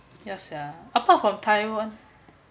yeah sia apart from taiwan